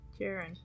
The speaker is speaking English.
Jaren